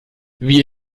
wie